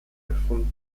gefunden